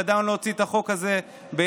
ידענו להוציא את החוק הזה ביחד,